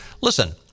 Listen